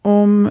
om